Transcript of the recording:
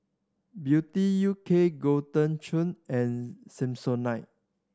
Beauty U K Golden Churn and Samsonite